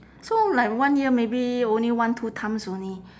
so like one year maybe only one two times only